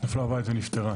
נפלה בבית ונפטרה.